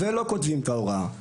ולא כותבים את ההוראה.